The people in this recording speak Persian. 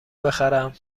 بخرم